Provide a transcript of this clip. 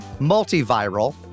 multiviral